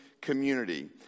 community